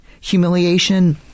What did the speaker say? humiliation